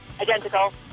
identical